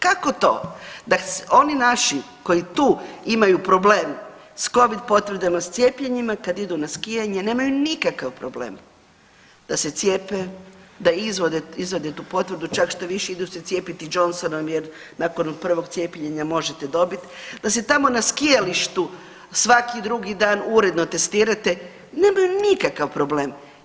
Kako to da oni naši koji tu imaju problem s Covid potvrdama, s cijepljenima, kad idu na skijanje nemaju nikakav problem da se cijepe, da izvade tu potvrdu, čak štoviše, idu se cijepiti Johnsonom jer nakon prvog cijepljenja možete dobiti, da se tamo na skijalištu svaki drugi dan uredno testirate, nemaju nikakav problem.